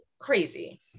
crazy